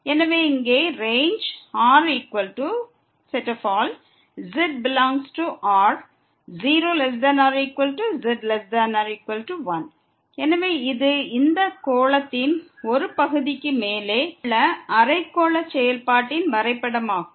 எனவே இங்கே range Rz∈R0≤z≤1 எனவே இது இந்த கோளத்தின் ஒரு பகுதிக்கு மேலே உள்ள அரைகோள செயல்பாட்டின் வரைபடமாகும்